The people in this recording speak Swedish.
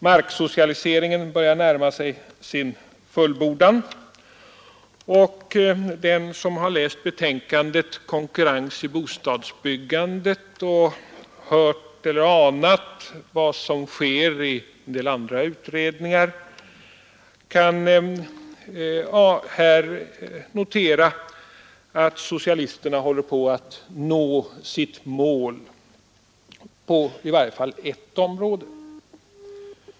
Marksocialiseringen börjar närma sig sin fullbordan, och den som har läst betänkandet ”Konkurrens i bostadsbyggandet” och anat vad som sker i en del andra utredningar kan här notera att socialisterna håller på att nå sitt mål på i varje fall ett område.